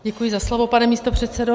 Děkuji za slovo, pane místopředsedo.